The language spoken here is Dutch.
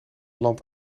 land